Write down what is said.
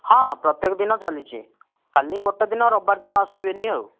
ହଁ ପ୍ରତ୍ୟେକ ଦିନ ଚାଲିଛି ଖାଲି ଗୋଟେ ଦିନ ରବିବାର ଦିନ ଆସିବେନି ଆଉ